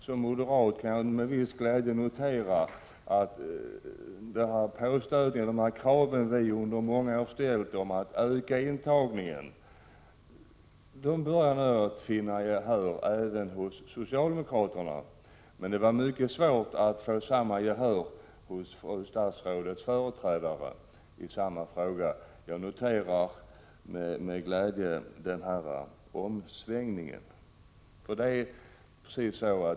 Som moderat kan jag nu med viss glädje notera att de krav på att intagningen skall öka som vi har ställt under många år nu börjar vinna gehör även hos socialdemokraterna. Men det var mycket svårt att få samma gehör hos fru statsrådets företrädare. Jag noterar denna omsvängning med glädje.